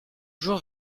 jour